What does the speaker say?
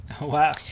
Wow